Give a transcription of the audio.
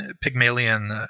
Pygmalion